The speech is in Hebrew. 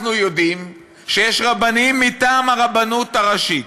אנחנו יודעים שיש רבנים מטעם הרבנות הראשית